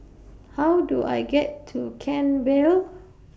How Do I get to Kent Vale